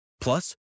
Plus